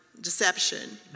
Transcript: deception